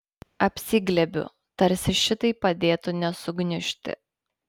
apsiglėbiu tarsi šitai padėtų nesugniužti